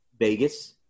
Vegas